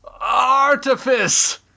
Artifice